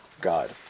God